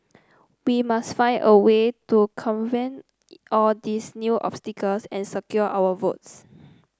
we must find a way to all these new obstacles and secure our votes